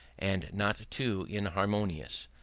and not too inharmonious.